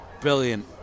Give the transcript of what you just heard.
Brilliant